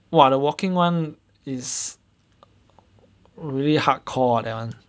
!wah! the walking [one] is really hardcore ah that [one]